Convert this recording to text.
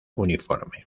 uniforme